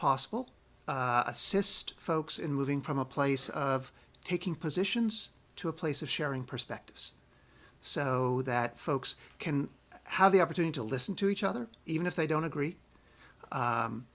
possible assist folks in moving from a place of taking positions to a place of sharing perspectives so that folks can have the opportunity to listen to each other even if they don't agree